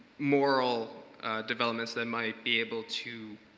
moral developments that might be able to